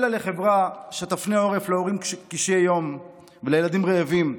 אוי לה "לחברה שתפנה עורף להורים קשי יום ולילדים רעבים.